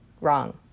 Wrong